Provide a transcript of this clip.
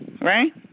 right